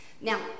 Now